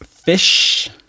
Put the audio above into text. fish